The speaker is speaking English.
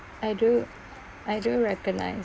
I do I do recognise